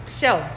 show